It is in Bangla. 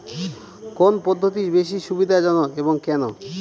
কোন পদ্ধতি বেশি সুবিধাজনক এবং কেন?